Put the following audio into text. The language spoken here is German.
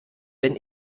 wenn